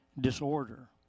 disorder